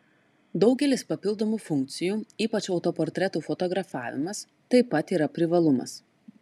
daugelis papildomų funkcijų ypač autoportretų fotografavimas taip pat yra privalumas